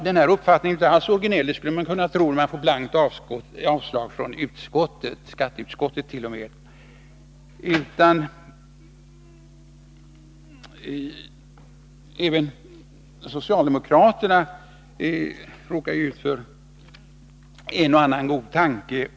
Min uppfattning är således inte alls originell, vilket man skulle kunna tro när motionen blankt avstyrks av skatteutskottet. Även socialdemokraterna råkar ut för en och annan god tanke.